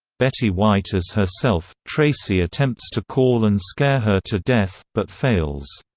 betty white as herself tracy attempts to call and scare her to death, but fails.